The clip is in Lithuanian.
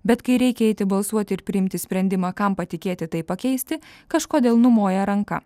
bet kai reikia eiti balsuoti ir priimti sprendimą kam patikėti tai pakeisti kažkodėl numoja ranka